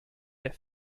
der